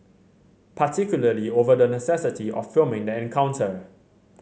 particularly over the necessity of filming the encounter